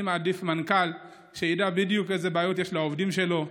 אני מעדיף מנכ"ל שידע בדיוק איזה בעיות יש לעובדים שלו,